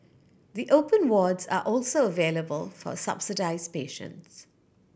the open wards are also available for subsidised patients